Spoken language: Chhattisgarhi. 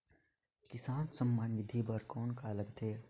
किसान सम्मान निधि बर कौन का लगथे?